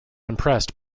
impressed